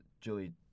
Julie